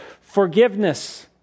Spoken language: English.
forgiveness